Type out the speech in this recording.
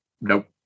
Nope